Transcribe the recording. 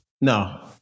No